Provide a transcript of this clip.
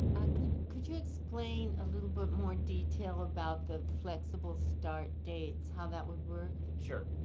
could could you explain a little bit more detail about the flexible start dates, how that would work? sure.